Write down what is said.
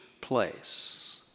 place